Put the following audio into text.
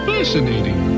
Fascinating